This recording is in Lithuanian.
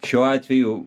šiuo atveju